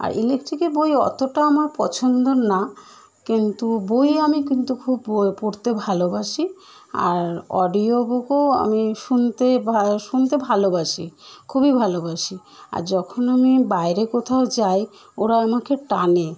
আর ইলেকট্রিকের বই অতটা আমার পছন্দ না কিন্তু বই আমি কিন্তু খুব পোয় পড়তে ভালোবাসি আর অডিও বুকও আমি শুনতে ভা শুনতে ভালোবাসি খুবই ভালোবাসি আর যখন আমি বাইরে কোথাও যাই ওরা আমাকে টানে